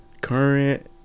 current